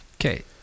Okay